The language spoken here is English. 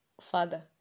father